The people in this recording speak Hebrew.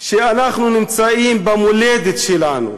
שאנחנו נמצאים במולדת שלנו,